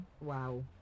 Wow